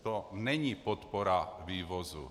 To není podpora vývozu.